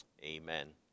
Amen